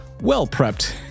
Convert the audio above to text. well-prepped